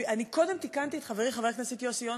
אני קודם תיקנתי את חברי חבר הכנסת יוסי יונה,